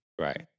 Right